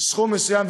סכום מסוים,